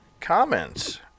comments